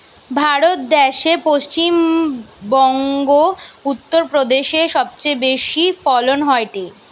ভারত দ্যাশে পশ্চিম বংগো, উত্তর প্রদেশে সবচেয়ে বেশি ফলন হয়টে